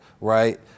right